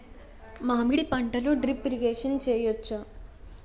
మామిడి పంటలో drip irrigation చేయచ్చా?